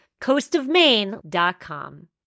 coastofmaine.com